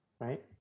right